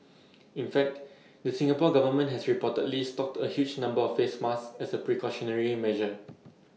in fact the Singapore Government has reportedly stocked A huge number of face masks as A precautionary measure